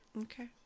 Okay